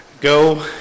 go